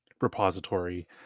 repository